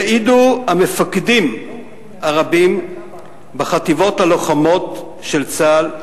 יעידו המפקדים הרבים בחטיבות הלוחמות של צה"ל,